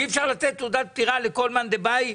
אי אפשר לתת תעודת פטירה לכל מאן דבעי.